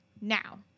Now